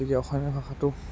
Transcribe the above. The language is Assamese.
তেতিয়া অসমীয়া ভাষাটো